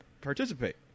participate